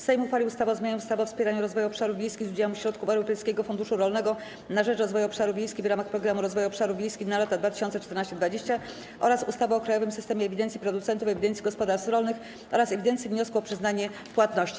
Sejm uchwalił ustawę o zmianie ustawy o wspieraniu rozwoju obszarów wiejskich z udziałem środków Europejskiego Funduszu Rolnego na rzecz Rozwoju Obszarów Wiejskich w ramach Programu Rozwoju Obszarów Wiejskich na lata 2014–2020 oraz ustawy o krajowym systemie ewidencji producentów, ewidencji gospodarstw rolnych oraz ewidencji wniosków o przyznanie płatności.